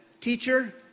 teacher